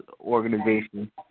organization